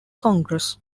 congress